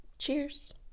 Cheers